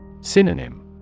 Synonym